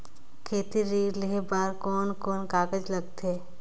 खेती ऋण लेहे बार कोन कोन कागज लगथे?